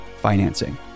financing